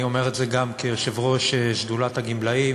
אני אומר את זה גם כיושב-ראש שדולת הגמלאים.